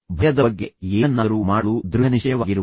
ಭಯದ ಬಗ್ಗೆ ಏನನ್ನಾದರೂ ಮಾಡಲು ದೃಢನಿಶ್ಚಯವಾಗಿರುವುದು